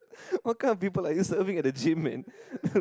what kind of people are you serving at the gym man